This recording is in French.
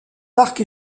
parcs